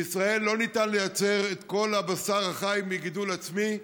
בישראל לא ניתן לייצר את כל הבשר החי מגידול עצמי,